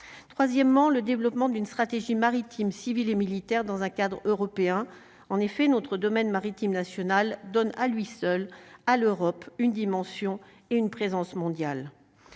troisièmement le développement d'une stratégie maritime civil et militaire dans un cadre européen en effet notre domaine maritime nationale donne à lui seul à l'Europe une dimension et une présence mondiale,